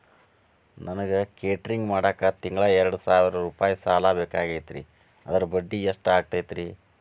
ನನಗ ಕೇಟರಿಂಗ್ ಮಾಡಾಕ್ ತಿಂಗಳಾ ಎರಡು ಸಾವಿರ ರೂಪಾಯಿ ಸಾಲ ಬೇಕಾಗೈತರಿ ಅದರ ಬಡ್ಡಿ ಎಷ್ಟ ಆಗತೈತ್ರಿ?